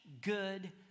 good